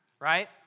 right